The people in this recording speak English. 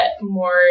more